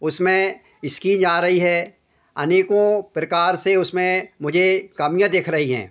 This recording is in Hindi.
उसमें इस्किंज आ रई है अनेकों प्रकार से उसमें मुझे कमियाँ दिख रहीं हैं